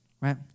right